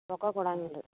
ರೊಕ್ಕ ಕೊಡಂಗಿಲ್ಲ ರೀ